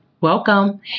welcome